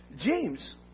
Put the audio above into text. James